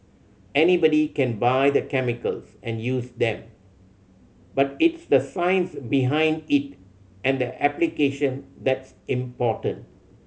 anybody can buy the chemicals and use them but it's the science behind it and the application that's important